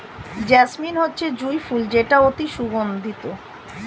jasmine হচ্ছে জুঁই ফুল যেটা অতি সুগন্ধিত